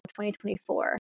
2024